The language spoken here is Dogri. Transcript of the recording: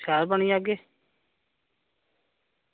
शैल बनी जाह्गे